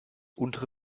untere